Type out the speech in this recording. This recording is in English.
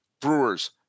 Brewers